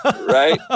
Right